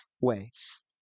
ways